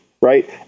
right